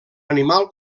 animal